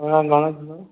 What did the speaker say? घणा थींदव